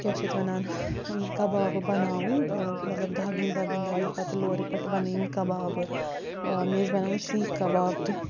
کیٛاہ چھِ یَتھ وَنان کَبابہٕ بَناوٕنۍ مطلب دَگٕنۍ دَگٕنۍ دَگٕنۍ پتہٕ لورِ پٮ۪ٹھ بنٲیِم کَبابہٕ مےٚ ٲسۍ بَناوٕنۍ سیٖکھ کَباب تہٕ